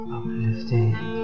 Uplifting